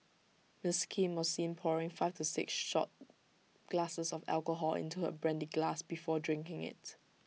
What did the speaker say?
miss Kim was seen pouring five to six shot glasses of alcohol into her brandy glass before drinking IT